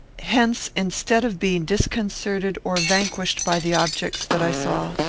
hence, instead of being disconcerted or vanquished by the objects that i saw,